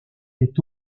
est